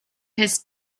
his